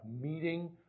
meeting